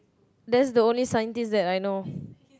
that's the only scientist that I know